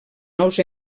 nous